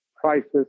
prices